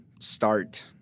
start